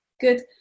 good